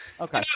Okay